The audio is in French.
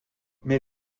mais